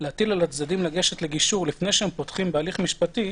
להטיל על הצדדים לגשת לגישור לפני שהם פותחים בהליך משפטי,